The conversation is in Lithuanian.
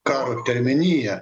karo terminiją